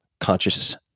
conscious